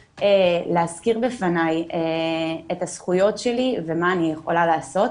להזכיר בפניי את הזכויות שלי ומה אני יכולה לעשות,